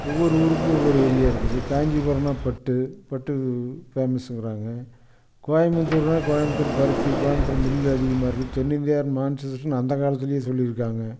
ஒவ்வொரு ஊருக்கும் ஒவ்வொரு ஏரியா இருக்குது காஞ்சிபுரனா பட்டு பட்டு ஃபேமஸுங்கிறாங்க கோயம்முத்தூர்னா கோயம்புத்தூர் பருத்தி கோயம்புத்தூர் மில்லு அதிகமாக இருக்குது தென்னிந்தியாவின் மான்செஸ்டர்னு அந்த காலத்துலேயே சொல்லியிருக்காங்க